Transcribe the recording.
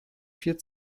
vier